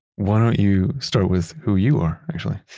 why don't you start with who you are, actually?